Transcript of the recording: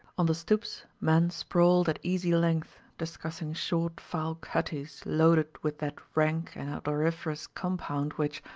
on the stoops men sprawled at easy length, discussing short, foul cutties loaded with that rank and odoriferous compound which,